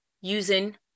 using